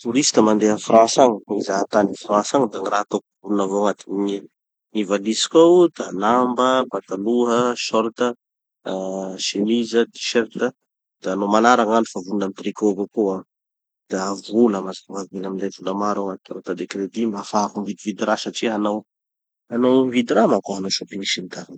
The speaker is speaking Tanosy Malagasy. Touriste mandeha a frantsa agny, mizaha tany a frantsa agny da gny raha ataoko vonona avao agnaty gny gny valiziko ao da lamba, pataloha, short, ah semiza, t-shirt. Da no manara gn'andro fa vonona amy tricot avao koa, da vola mazava hoazy. Mila minday vola maro agnaty carte de crédit mba hahafahako mividividy raha satria hanao hanao hividy raha manko aho, hanao shopping sy ny tariny.